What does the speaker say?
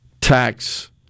tax